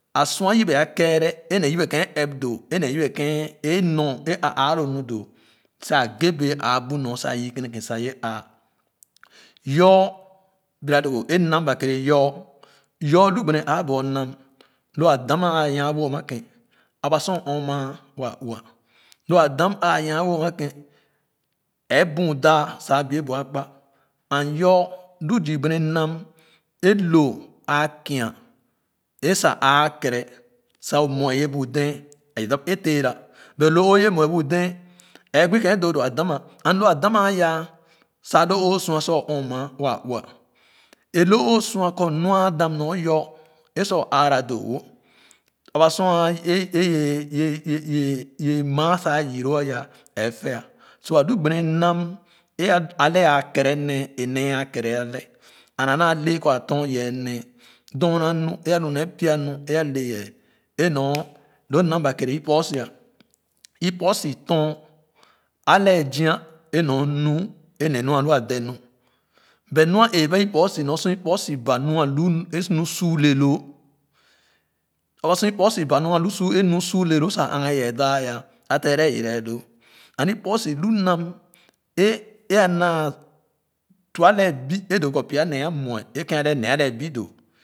A sua yebe a kɛɛre é ne yebe kèn ɛp doo é ne yebe ken é nor a ãã ãã lo nu doo sa ghe bɛɛ a bu nu sa yii kene keǹ sa ye aa yoo bɛga doo é nam ba kɛɛrɛ yoo yoo lu gbene ãã bornam lo a dam ah nwa-wo ama keń aba sor o ɔmaa waa ɛɛ buɔ daah sa a bie bu akpa and yoo lu zii gbene nam e lo ãã ken a sa aa kaɛre sa o muɛ ye bu dɛ̃ɛ̃ é da ẽẽ tera but lo o yɛ muɛ bu dɛɛ ɛɛ gbi ken adoo do a dam ma and lo a dam ama ya sa alo o sua sa o ɔmaa waa uuah é lo o su kɔ nua dam nɔr yoo é sa o aara doo wo a ba su an é yɛ yɛ yɛ maa sa a yii loo a ɛ fɛah lu gbene nam é alo a le a keerɛ ne é ne a keerɛ a le and a naa le kɔ a tɔn yee nee dor na nu é àlu nee pie nu á ale yɛɛ a nɔr lo nam be kere kposi kposi tɔn a lɛɛ zia e nɔr nuu é ne nu alo a dɛ nu but nɔr a aba ikposi nɔr sor ikposi ba alu alu é suu le loo aba sor iposi ba nu alu a suu le loo aba sor ikposi ba e nu so le loo sa a agah ye wɛɛ daa iya a tera i yera ye loo and ikposi lu nam é é anaa lua ale bi e doo ko pya nee a mue ken a lee ne a leh bi doo.